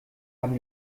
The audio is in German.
haben